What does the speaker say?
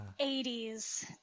80s